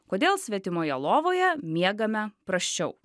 kodėl svetimoje lovoje miegame prasčiau